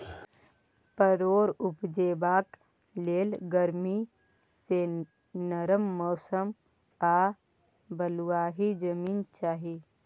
परोर उपजेबाक लेल गरमी सँ नरम मौसम आ बलुआही जमीन चाही